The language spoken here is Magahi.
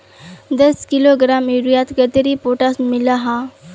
दस किलोग्राम यूरियात कतेरी पोटास मिला हाँ?